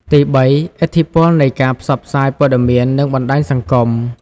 ទីបី ឥទ្ធិពលនៃការផ្សព្វផ្សាយព័ត៌មាន និងបណ្តាញសង្គម។